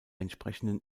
entsprechenden